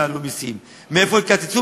לא יעלו מסים; מאיפה יקצצו,